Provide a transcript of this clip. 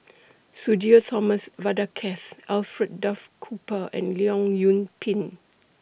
Sudhir Thomas Vadaketh Alfred Duff Cooper and Leong Yoon Pin